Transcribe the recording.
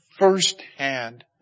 firsthand